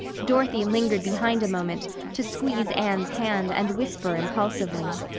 dorothy lingered behind a moment to squeeze anne's hand and whisper impulsively.